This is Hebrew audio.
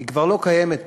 היא כבר לא קיימת פתאום.